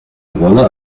rolle